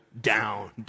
down